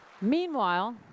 Meanwhile